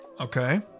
Okay